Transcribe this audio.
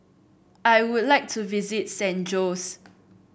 I would like to visit San Jose